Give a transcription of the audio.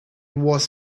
was